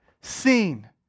seen